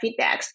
feedbacks